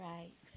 Right